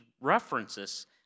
references